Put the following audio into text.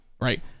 right